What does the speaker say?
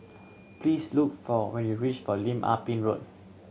please look for when you reach for Lim Ah Pin Road